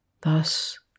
Thus